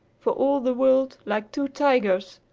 for all the world, like two tigers,